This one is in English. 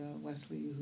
Wesley